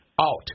out